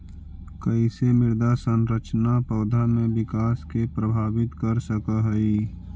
कईसे मृदा संरचना पौधा में विकास के प्रभावित कर सक हई?